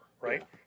right